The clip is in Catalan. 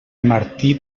martí